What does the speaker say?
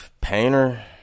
Painter